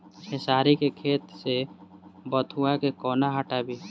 खेसारी केँ खेत सऽ बथुआ केँ कोना हटाबी